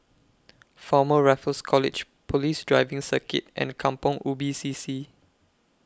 Former Raffles College Police Driving Circuit and Kampong Ubi C C